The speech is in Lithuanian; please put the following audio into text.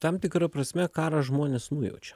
tam tikra prasme karą žmonės nujaučia